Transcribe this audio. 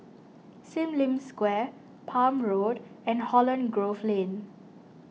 Sim Lim Square Palm Road and Holland Grove Lane